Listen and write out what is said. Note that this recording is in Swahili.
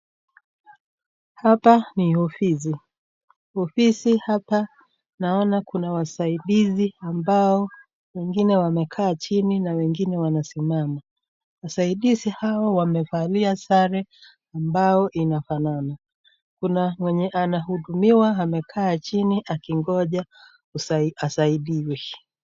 Hapa ni ofisi. Ofisi hapa naona kuna wasaidizi ambao wengine wamekaa chini na wengine wamesimama. Wasaidizi hawa wamevalia sare ambayo inafanana. Kuna mwenye anahudumiwa amekaa chini akingoja asaidiwe.